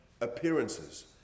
appearances